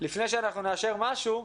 לפני שנאשר משהו,